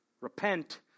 Repent